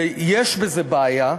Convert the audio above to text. ויש בזה בעיה.